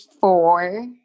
four